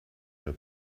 der